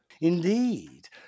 Indeed